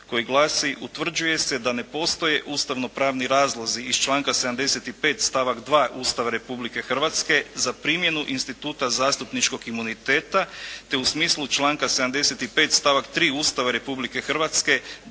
koji glasi: "Utvrđuje se da ne postoje ustavno-pravni razlozi iz članka 75. stavak 2. Ustava Republike Hrvatske za primjenu instituta zastupničkog imuniteta te u smislu članka 75. stavak 3. Ustava Republike Hrvatske